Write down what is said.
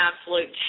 absolute